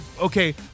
okay